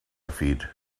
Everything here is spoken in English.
feet